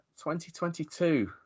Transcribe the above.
2022